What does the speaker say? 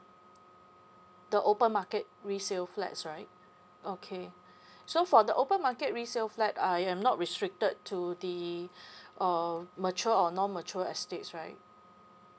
the open market resale flats right okay so for the open market resale flat I am not restricted to the uh mature or non mature estates right